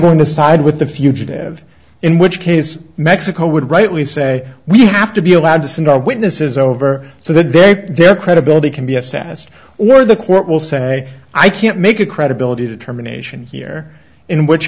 going to side with the fugitive in which case mexico would rightly say we have to be allowed to send our witnesses over so that they their credibility b s s or the court will say i can't make a credibility determination here in which